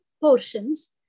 portions